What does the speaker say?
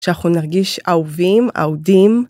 שאנחנו נרגיש אהובים, אהודים.